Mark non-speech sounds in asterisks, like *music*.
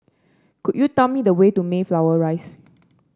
could you tell me the way to Mayflower Rise *noise*